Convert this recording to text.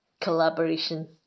collaboration